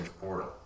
portal